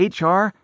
HR